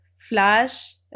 flash